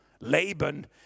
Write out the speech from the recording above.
Laban